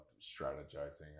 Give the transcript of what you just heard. strategizing